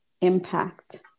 impact